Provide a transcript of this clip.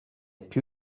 più